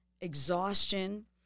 exhaustion